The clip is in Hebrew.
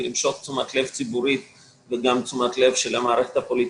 למשוך תשומת לב ציבורית וגם את תשומת הלב של המערכת הפוליטית,